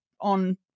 on